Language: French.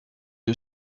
une